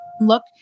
look